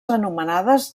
anomenades